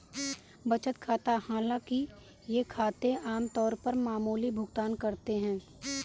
बचत खाता हालांकि ये खाते आम तौर पर मामूली भुगतान करते है